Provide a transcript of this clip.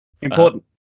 Important